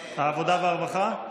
עבודה ורווחה.